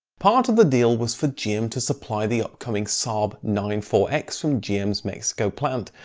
part of the deal was for gm to supply the upcoming saab nine four x from gm's mexico plant,